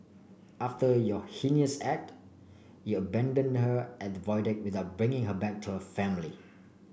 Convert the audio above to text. after your heinous act you abandoned her at the Void Deck without bringing her back to her family